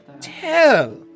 tell